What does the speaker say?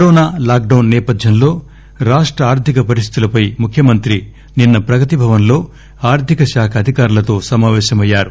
corona lockdown నేపథ్యంలో రాష్ట ఆర్థిక పరిస్థితులపై ముఖ్యమంత్రి నిన్స ప్రగతి భవన్లో ఆర్థికశాఖ అధికారులతో సమాపేశమయ్యారు